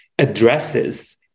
addresses